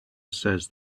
says